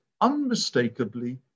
unmistakably